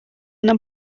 una